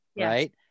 right